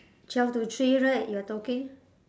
twelve to three right you're talking